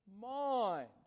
mind